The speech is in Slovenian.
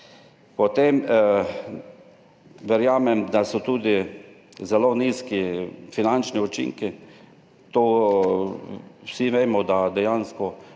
Verjamem, da so tudi zelo nizki finančni učinki. To vsi vemo, da dejansko